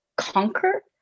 conquer